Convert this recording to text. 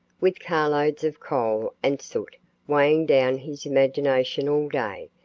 with carloads of coal and soot weighing down his imagination all day,